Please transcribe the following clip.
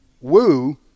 woo